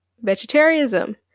vegetarianism